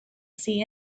see